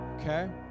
okay